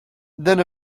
then